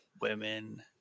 Women